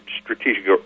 strategic